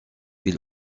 ils